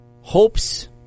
hopes